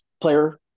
player